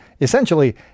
essentially